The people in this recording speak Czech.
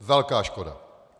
Velká škoda.